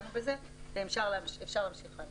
השקענו בזה ואפשר להמשיך הלאה.